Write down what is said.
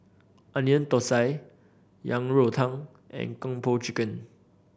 Onion Thosai Yang Rou Tang and Kung Po Chicken